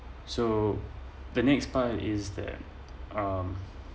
so the next part is that um